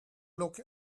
look